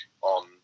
on